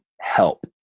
help